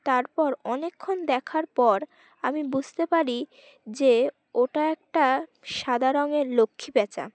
তারপর অনেকক্ষণ দেখার পর আমি বুঝতে পারি যে ওটা একটা সাদা রঙের লক্ষ্মী পেঁচা